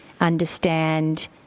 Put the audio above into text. understand